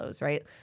Right